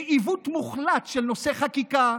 בעיוות מוחלט של נושאי חקיקה,